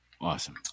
awesome